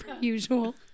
usual